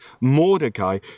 Mordecai